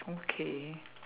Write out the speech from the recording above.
okay